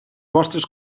vostres